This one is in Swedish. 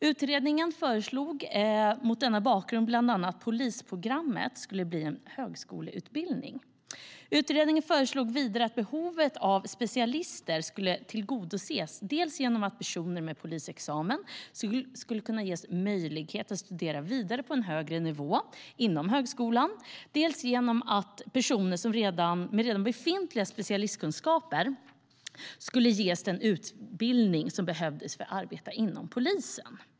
Utredningen föreslog mot denna bakgrund bland annat att polisprogrammet skulle bli en högskoleutbildning. Utredningen föreslog vidare att behovet av specialister skulle tillgodoses, dels genom att personer med polisexamen skulle kunna ges möjlighet att studera vidare på en högre nivå inom högskolan, dels genom att personer med redan befintliga specialistkunskaper skulle ges den utbildning som behövdes för att arbeta inom polisen.